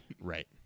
Right